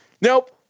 nope